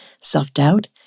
Self-doubt